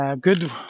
Good